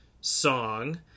song